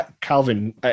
Calvin